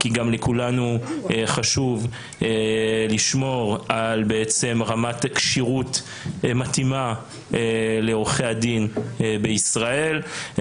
כי לכולנו גם חשוב לשמור על רמת כשירות מתאימה של עורכי הדין בישראל.